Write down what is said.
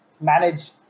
manage